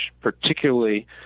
particularly